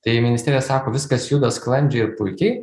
tai ministerija sako viskas juda sklandžiai ir puikiai